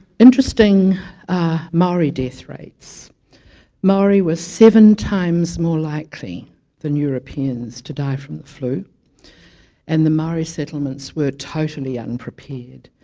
interesting maori death rates maori were seven times more likely than europeans to die from the flu and the maori settlements were totally unprepared